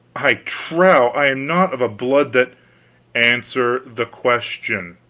i trow i am not of a blood that answer the question!